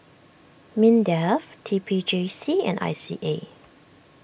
Mindef T P J C and I C A